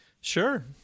Sure